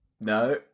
No